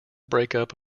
breakup